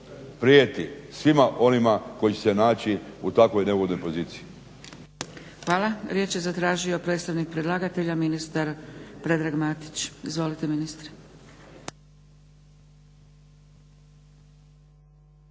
prijeti svima onima koji će se naći u takvoj neugodnoj poziciji.